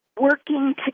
working